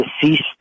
deceased